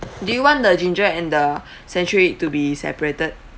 do you want the ginger and the century egg to be separated